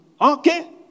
okay